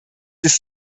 ist